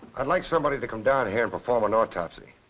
i'd like somebody to come down here and perform an autopsy.